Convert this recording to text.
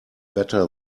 better